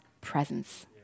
presence